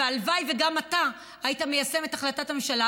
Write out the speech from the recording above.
והלוואי שגם אתה היית מיישם את החלטת הממשלה,